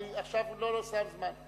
עכשיו אני לא שם זמן.